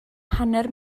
hanner